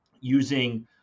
using